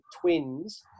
twins